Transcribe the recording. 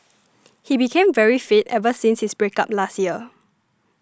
he became very fit ever since his break up last year